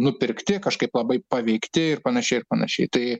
nupirkti kažkaip labai paveikti ir panašiai ir panašiai tai